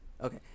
Okay